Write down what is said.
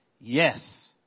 Yes